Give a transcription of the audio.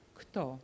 kto